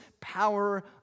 power